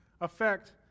affect